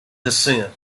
descent